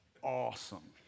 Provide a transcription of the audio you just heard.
awesome